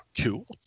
cool